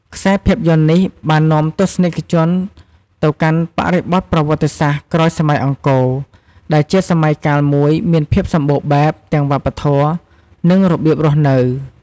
ខ្សែភាពយន្តនេះបាននាំទស្សនិកជនទៅកាន់បរិបទប្រវត្តិសាស្ត្រក្រោយសម័យអង្គរ ដែលជាសម័យកាលមួយមានភាពសម្បូរបែបទាំងវប្បធម៌ និងរបៀបរស់នៅ។